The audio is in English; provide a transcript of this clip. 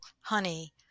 honey